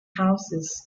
houses